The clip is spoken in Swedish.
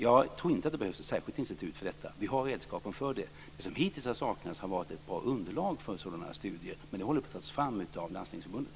Jag tror inte att det behövs ett särskilt institut för detta. Vi har redskapen för det. Det som hittills har saknats har varit ett bra underlag för sådana studier, men det håller på att tas fram av Landstingsförbundet.